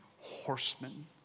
Horsemen